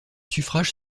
suffrages